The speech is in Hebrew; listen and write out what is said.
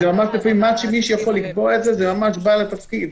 לפעמים מי שיכול לקבוע את זה הוא בעל התפקיד.